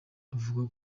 avuga